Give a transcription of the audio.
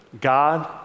God